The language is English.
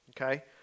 okay